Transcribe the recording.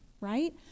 right